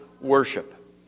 worship